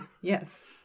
Yes